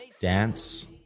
dance